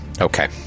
Okay